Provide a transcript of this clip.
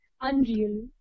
unreal